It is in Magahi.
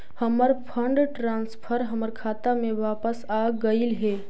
हमर फंड ट्रांसफर हमर खाता में वापस आगईल हे